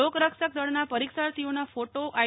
લોકરક્ષક દળના પરીક્ષાર્થીઓના ફોટો આઇ